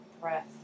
breath